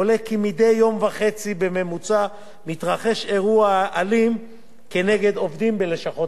עולה כי מדי יום וחצי בממוצע מתרחש אירוע אלים נגד עובדים בלשכות